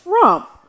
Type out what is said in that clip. Trump